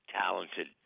talented